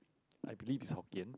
I believe is Hokkien